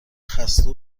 خسته